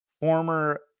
former